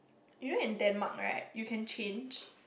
you know in Denmark right you can change